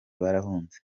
barahunze